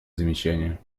замечание